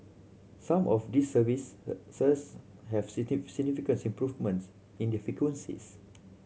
some of these service have city significant improvements in their frequencies